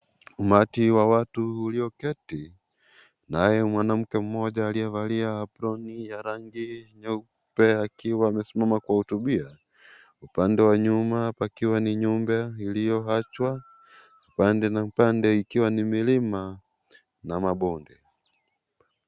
Umati wa waatu ulioketi nayo mwanamke mmoja aliyevalia aproni ya rangi nyeupe akiwa amesimama kuwahutubia, upande wa nyuma pakiwa ni nyumba iliyoachwa upande na pande ikiwa ni milima na mabonde.